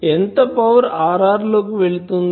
ఎంత power Rr లో కి వెళ్తుంది